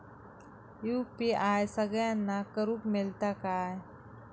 UPI सगळ्यांना करुक मेलता काय?